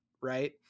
right